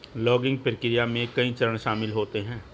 logging प्रक्रिया में कई चरण शामिल होते है